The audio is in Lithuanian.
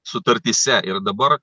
sutartyse ir dabar